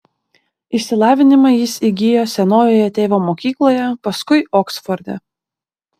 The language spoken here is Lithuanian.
išsilavinimą jis įgijo senojoje tėvo mokykloje paskui oksforde